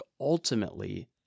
ultimately